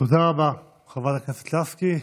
תודה רבה, חברת הכנסת לסקי.